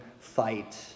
fight